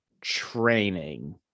training